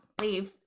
leave